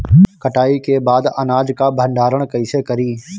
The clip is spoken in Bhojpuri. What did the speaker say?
कटाई के बाद अनाज का भंडारण कईसे करीं?